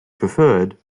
preferred